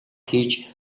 хийж